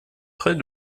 près